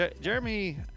Jeremy